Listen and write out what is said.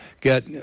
get